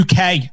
UK